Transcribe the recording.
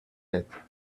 yet